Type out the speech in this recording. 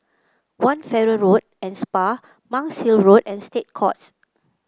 One Farrer Road and Spa Monk's Hill Road and State Courts